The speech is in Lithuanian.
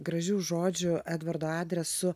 gražių žodžių edvardo adresu